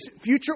future